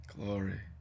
Glory